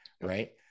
right